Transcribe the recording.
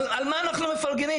על מה אנחנו מפרגנים?